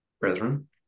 brethren